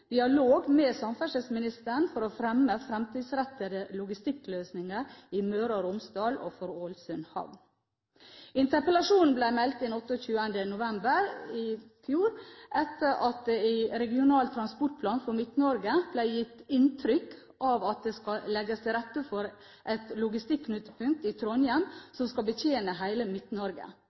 dialog med samferdselsministeren for å fremme fremtidsrettede logistikkløsninger for Møre og Romsdal og Ålesund havn. Interpellasjonen ble meldt inn 28. november i fjor, etter at det i regional transportplan for Midt-Norge ble gitt inntrykk av at det skal legges til rette for et logistikknutepunkt i Trondheim som skal betjene hele